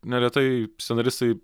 neretai scenaristai